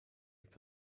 for